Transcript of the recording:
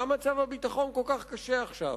מה מצב הביטחון כל כך קשה עכשיו?